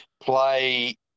play